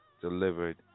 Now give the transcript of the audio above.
delivered